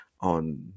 on